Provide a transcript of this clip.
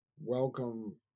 welcome